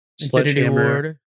Sledgehammer